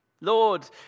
Lord